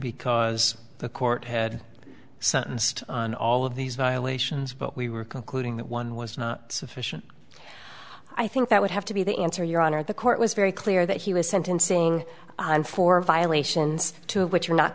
because the court had sentenced on all of these violations but we were concluding that one was not sufficient i think that would have to be the answer your honor the court was very clear that he was sentencing and for violations two of which are not